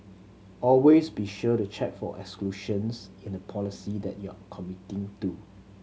always be sure to check for exclusions in the policy that you are committing to